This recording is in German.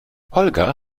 holger